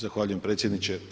Zahvaljujem predsjedniče.